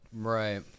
right